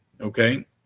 Okay